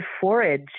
forage